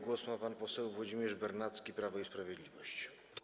Głos ma pan poseł Włodzimierz Bernacki, Prawo i Sprawiedliwość.